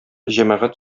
җәмәгать